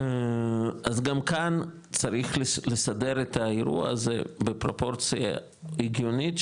אז גם כאן צריך לסדר את האירוע הזה בפרופורציה הגיונית,